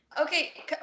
Okay